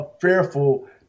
fearful